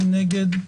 מי נגד?